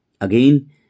Again